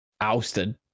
ousted